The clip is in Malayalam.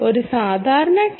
ഒരു സാധാരണ ടി